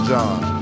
John